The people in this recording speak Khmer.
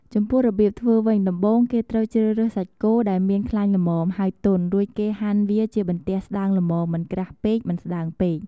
ចំពោះរបៀបធ្វើវិញ ដំបូងគេត្រូវជ្រើសរើសសាច់គោដែលមានខ្លាញ់ល្មម ហើយទន់ រួចគេហាន់វាជាបន្ទះស្តើងល្មមមិនក្រាស់ពេកមិនស្ដើងពេក។